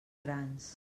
grans